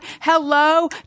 Hello